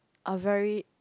are very